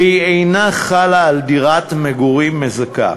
ואינה חלה על דירת מגורים מזכה,